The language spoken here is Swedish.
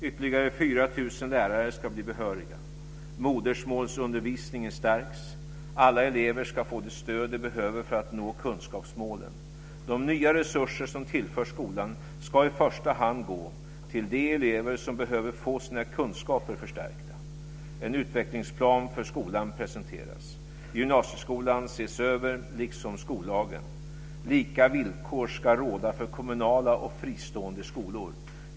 Ytterligare 4 000 lärare ska bli behöriga. Modersmålsundervisningen stärks. Alla elever ska få det stöd de behöver för att nå kunskapsmålen. De nya resurser som tillförs skolan ska i första hand gå till de elever som behöver få sina kunskaper förstärkta. En utvecklingsplan för skolan presenteras. Gymnasieskolan ses över, liksom skollagen. Lika villkor ska råda för kommunala och fristående skolor.